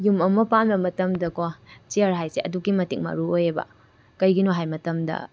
ꯌꯨꯝ ꯑꯃ ꯄꯥꯟꯕ ꯃꯇꯝꯗꯀꯣ ꯆꯤꯌꯔ ꯍꯥꯏꯁꯦ ꯑꯗꯨꯛꯀꯤ ꯃꯇꯤꯛ ꯃꯔꯨ ꯑꯣꯏꯌꯦꯕ ꯀꯩꯒꯤꯅꯣ ꯍꯥꯏ ꯃꯇꯝꯗ